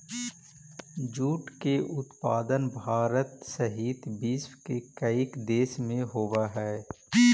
jute के उत्पादन भारत सहित विश्व के कईक देश में होवऽ हइ